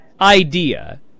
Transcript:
idea